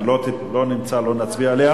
נתקבל.